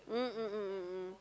mm mm mm mm mm